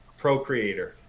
procreator